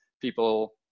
people